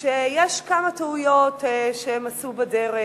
שיש כמה טעויות שהם עשו בדרך,